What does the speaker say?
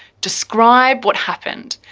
describe what happened.